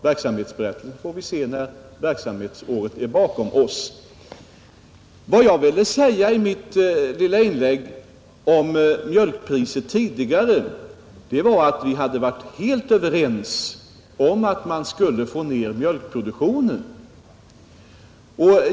Verksamhetsberättelsen får vi se när verksamhetsåret ligger bakom oss, Med mitt lilla inlägg om mjölkpriset ville jag bara erinra om att vi tidigare varit helt överens om att man borde få ned mjölkproduktionen.